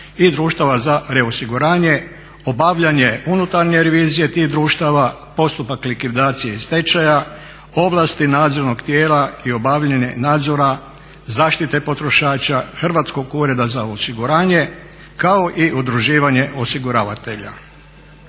i društava za reosiguranje, obavljanje unutarnje revizije tih društava, postupak likvidacije i stečaja, ovlasti nadzornog tijela i obavljanje nadzora zaštite potrošača Hrvatskog ureda za osiguranje, kao i udruživanje osiguravatelja.